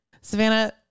Savannah